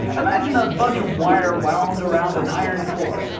imagine a bunch of wire wound around an iron core.